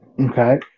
Okay